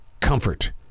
comfort